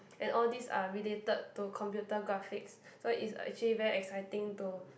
and all these are related to computer graphics so it's actually very exciting to